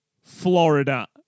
Florida